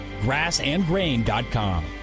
GrassandGrain.com